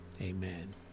Amen